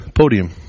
podium